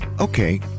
Okay